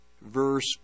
verse